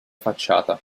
facciata